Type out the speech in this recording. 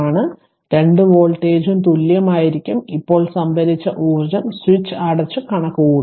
അതിനാൽ രണ്ട് വോൾട്ടേജും തുല്യമായിരിക്കും ഇപ്പോൾ സംഭരിച്ച ഊർജ്ജം സ്വിച്ച് അടച്ച് കണക്കുകൂട്ടുക